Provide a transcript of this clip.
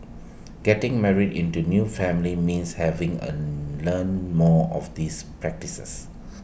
getting married into A new family means having A learn more of these practices